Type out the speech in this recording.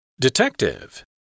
detective